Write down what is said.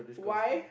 why